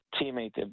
teammate